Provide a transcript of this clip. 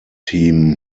team